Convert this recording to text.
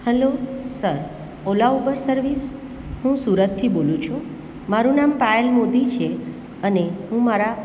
hello sir Ola Uber service હું સુરતથી બોલું છું મારું નામ પાયલ મોદી છે અને હું મારા